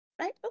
right